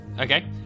Okay